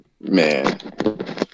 Man